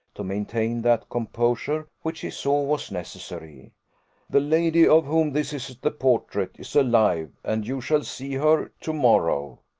to maintain that composure which he saw was necessary the lady, of whom this is the portrait, is alive, and you shall see her to-morrow.